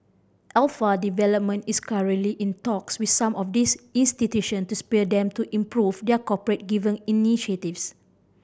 Alpha Development is currently in talks with some of these institution to spur them to improve their corporate giving initiatives